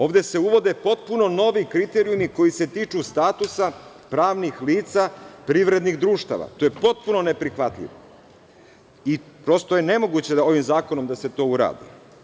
Ovde se uvode potpuno novi kriterijumi koji se tiču statusa pravnih lica privrednih društava, to je potpuno neprihvatljivo i prosto je nemoguće ovim zakonom da se to uradi.